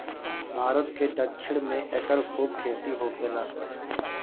भारत के दक्षिण में एकर खूब खेती होखेला